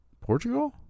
portugal